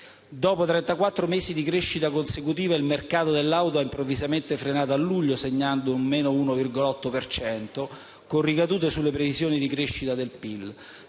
mesi di crescita consecutiva, il mercato dell'auto ha improvvisamente frenato a luglio, segnando un -1,8 per cento, con ricadute sulle previsioni di crescita del